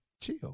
chill